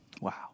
Wow